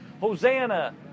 Hosanna